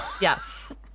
yes